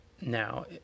now